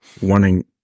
wanting